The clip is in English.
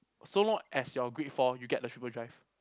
so long as your grade four you get the triple drive